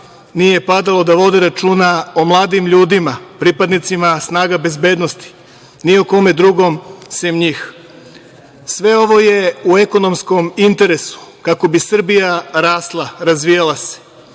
nije padalo da vode računa o mladim ljudima, pripadnicima snaga bezbednosti, ni o kome drugom sem njih. Sve ovo je u ekonomskom interesu kako bi Srbija rasla, razvijala se.